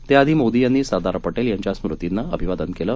त्याआधी मोदी यांनी सरदार पटेल यांच्या स्मृतींना अभिवादन केलं